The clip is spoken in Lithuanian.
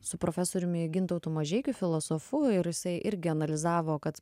su profesoriumi gintautu mažeikiu filosofu ir jisai irgi analizavo kad